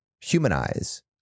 humanize